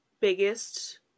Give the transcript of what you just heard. biggest